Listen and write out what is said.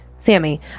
Sammy